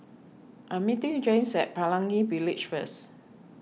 I'm meeting Jaymes at Pelangi Village first